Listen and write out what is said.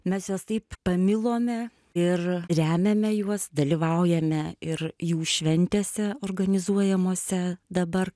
mes juos taip pamilome ir remiame juos dalyvaujame ir jų šventėse organizuojamose dabar